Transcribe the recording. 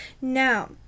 Now